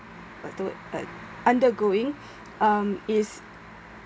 what's the word uh undergoing um is